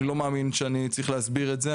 אני לא מאמין שאני צריך להסביר את זה,